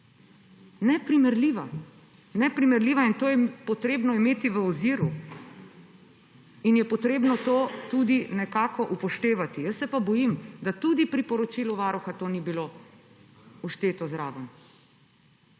Neprimerljiva. Neprimerljiva in to je potrebno imeti v oziru in je potrebno to nekako upoštevati. Jaz se pa bojim, da tudi pri poročilu Varuha ni bilo všteto zraven,